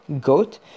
goat